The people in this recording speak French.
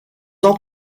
ans